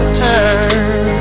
turn